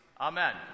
amen